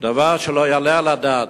דבר שלא יעלה על הדעת.